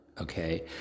Okay